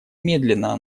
медленно